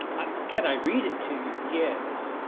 can i read it to you? yes